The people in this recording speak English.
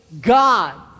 God